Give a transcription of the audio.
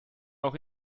auch